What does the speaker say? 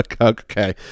Okay